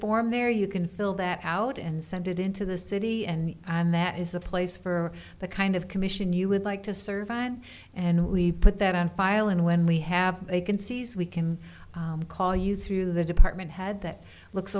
form there you can fill that out and send it into the city and and that is the place for the kind of commission you would like to serve on and we put that on file and when we have a can seize we can call you through the department head that looks